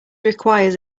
requires